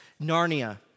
Narnia